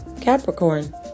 Capricorn